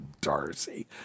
Darcy